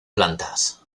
plantas